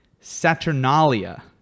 Saturnalia